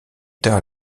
tard